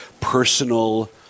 personal